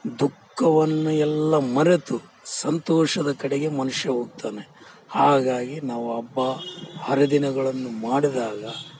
ದುಃಖವನ್ನು ಎಲ್ಲಾ ಮರೆತು ಸಂತೋಷದ ಕಡೆಗೆ ಮನುಷ್ಯ ಹೋಗ್ತಾನೆ ಹಾಗಾಗಿ ನಾವು ಹಬ್ಬ ಹರಿದಿನಗಳನ್ನು ಮಾಡಿದಾಗ